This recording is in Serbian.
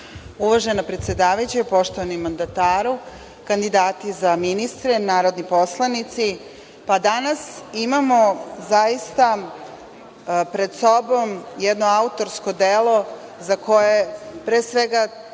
Uvažena predsedavajuća, poštovani mandataru, kandidati za ministre, narodni poslanici, danas imamo zaista pred sobom jedno autorsko delo za koje, pre svega,